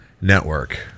Network